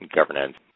governance